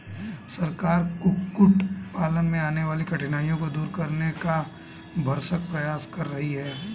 सरकार कुक्कुट पालन में आने वाली कठिनाइयों को दूर करने का भरसक प्रयास कर रही है